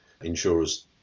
insurers